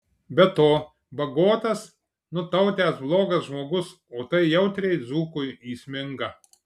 be to bagotas nutautęs blogas žmogus o tai jautriai dzūkui įsminga